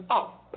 up